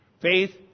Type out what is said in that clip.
faith